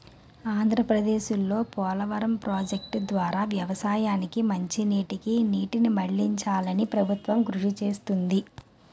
ఆంధ్రప్రదేశ్లో పోలవరం ప్రాజెక్టు ద్వారా వ్యవసాయానికి మంచినీటికి నీటిని మళ్ళించాలని ప్రభుత్వం కృషి చేస్తుంది